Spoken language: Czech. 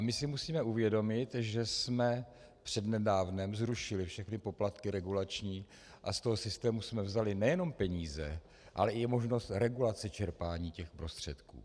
My si musíme uvědomit, že jsme přednedávnem zrušili všechny regulační poplatky a z toho systému jsme vzali nejen peníze, ale i možnost regulace čerpání těch prostředků.